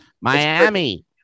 Miami